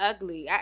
Ugly